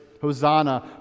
Hosanna